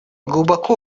глубоко